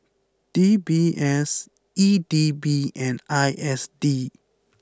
D B S E D B and I S D